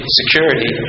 security